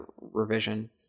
revision